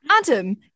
Adam